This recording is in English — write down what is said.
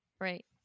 Right